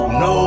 no